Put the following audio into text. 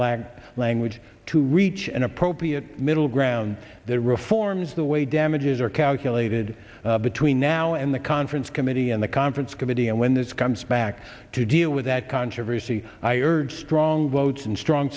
g language to reach an appropriate middle ground the reforms the way damages are calculated between now and the conference committee and the conference committee and when this comes back to deal with that controversy i urge strong votes and strong